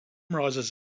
rises